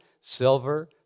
silver